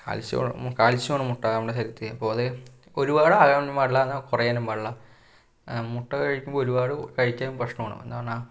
കാത്സ്യമാണ് കാത്സ്യമാണ് മുട്ട നമ്മുടെ ശരീരത്തിൽ അപ്പോൾ അത് ഒരുപാട് ആകാനൊന്നും പാടില്ല എന്നാൽ കുറയാനും പാടില്ല മുട്ട കഴിക്കുമ്പോൾ ഒരുപാട് കഴിക്കാൻ ഭക്ഷണമാണ് എന്താ പറഞ്ഞാൽ